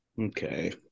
Okay